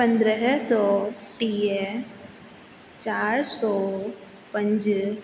पंद्रहं सौ टीह चारि सो पंज